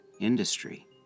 industry